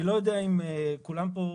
אני לא יודע אם כולם פה,